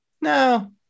no